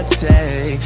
take